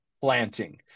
planting